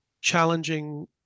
challenging